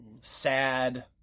sad